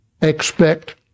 expect